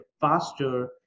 faster